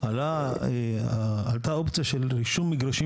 האלה ועם הסיווגים